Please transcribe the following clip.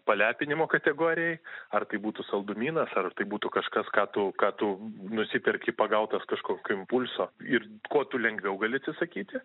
palepinimo kategorijai ar tai būtų saldumynas ar tai būtų kažkas ką tu ką tu nusiperki pagautas kažkokio impulso ir ko tu lengviau gali atsisakyti